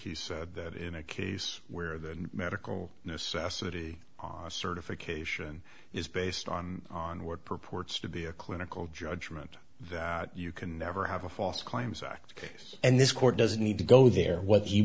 you said that in a case where the medical necessity certification is based on on what purports to be a clinical judgment that you can never have a false claims act and this court doesn't need to go there what